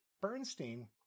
Bernstein